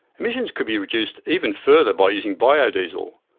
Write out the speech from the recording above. emissions could be reduced even further by using bio-diesel,